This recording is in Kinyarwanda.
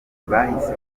bahise